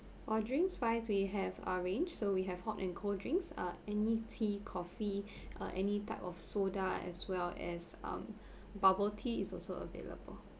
for drinks wise we have uh range so we have hot and cold drinks uh any tea coffee uh any type of soda as well as um bubble tea is also available